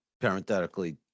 parenthetically